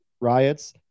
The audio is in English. riots